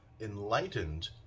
enlightened